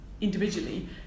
individually